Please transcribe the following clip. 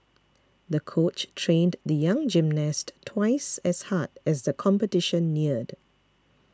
the coach trained the young gymnast twice as hard as the competition neared